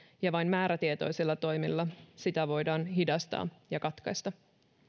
ja vain määrätietoisilla toimilla sitä voidaan hidastaa ja katkaista